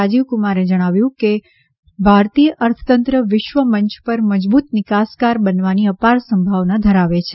રાજીવ કુમારે જણાવ્યું કે ભારતીય અર્થતંત્ર વિશ્વ મંચ પર મજબૂત નિકાસકાર બનવાની અપાર સંભાવના ધરાવે છે